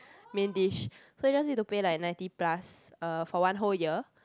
main dish so you just need to pay ninety plus uh for one whole year